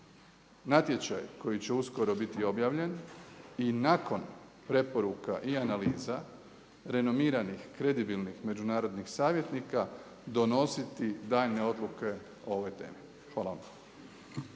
natječaj koji će uskoro biti objavljen i nakon preporuka i analiza renomiranih kredibilnih, međunarodnih savjetnika donositi daljnje odluke o ovoj temi. Hvala vam.